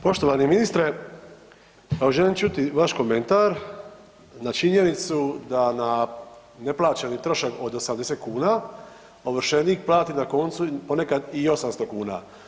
Poštovani ministre, evo želim čuti vaš komentar na činjenicu da na neplaćeni trošak od 80 kuna ovršenik plati na koncu ponekad i 800 kuna.